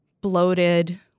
bloated